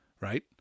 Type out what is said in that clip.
right